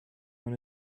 want